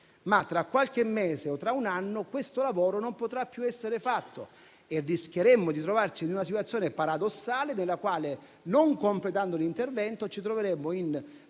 tra qualche mese o tra un anno questo lavoro non potrà più essere fatto e rischieremo di trovarci in una situazione paradossale nella quale, non completando l'intervento, ci troveremo in